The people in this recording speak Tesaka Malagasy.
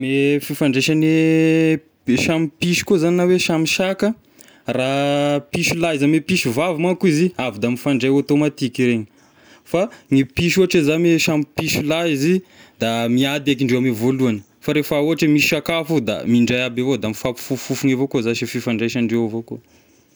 Ny fifandraisagn'ny piso samy piso koa zagny na hoe samy saka, raha piso lahy izy ame piso vavy manko izy avy da mifandray ôtômatiky regny, fa ny piso ohatry izagny samy piso lahy izy da miady eky indreo ame voalohany, fa rehefa ohatra misy sakafo eo da mindray aby ao da mifampifofofagny avao zashy e fifandraisan'ny indreo avao koa.